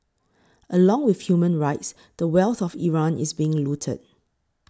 along with human rights the wealth of Iran is being looted